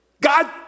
God